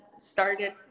started